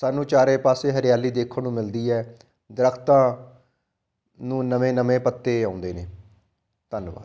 ਸਾਨੂੰ ਚਾਰੇ ਪਾਸੇ ਹਰਿਆਲੀ ਦੇਖਣ ਨੂੰ ਮਿਲਦੀ ਹੈ ਦਰਖਤਾਂ ਨੂੰ ਨਵੇਂ ਨਵੇਂ ਪੱਤੇ ਆਉਂਦੇ ਨੇ ਧੰਨਵਾਦ